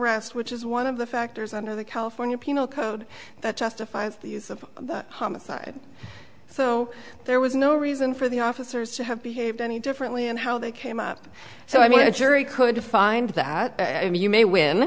arrest which is one of the factors under the california penal code that justifies the use of homicide so there was no reason for the officers to have behaved any differently and how they came up so i mean a jury could find that i mean you may win